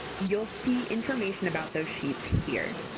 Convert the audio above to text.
you'll see information about those sheets here.